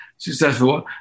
Successful